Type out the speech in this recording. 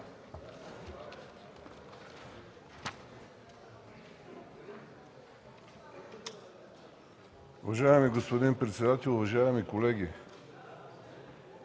Уважаеми господин председател, уважаеми колеги!